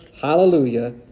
Hallelujah